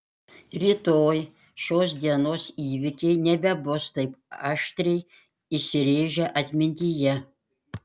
rytoj šios dienos įvykiai nebebus taip aštriai įsirėžę atmintyje